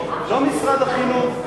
לא משרד החינוך,